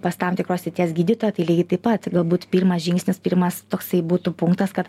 pas tam tikros srities gydytoją tai lygiai taip pat galbūt pirmas žingsnis pirmas toksai būtų punktas kad